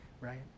right